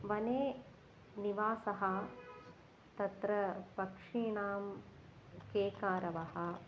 वने निवासः तत्र पक्षिणां केकारवः